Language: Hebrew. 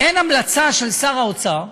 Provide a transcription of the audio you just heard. אין המלצה של שר האוצר,